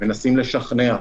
מנסים לשכנע,